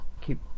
Keep